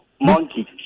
Monkey